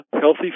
healthy